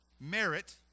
merit